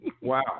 Wow